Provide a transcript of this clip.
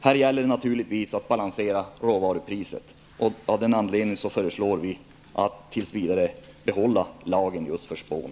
Här gäller det naturligtvis att balansera råvarupriset, och av den anledningen föreslår vi att man tills vidare behåller lagen för spån.